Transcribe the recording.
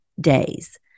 days